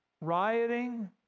rioting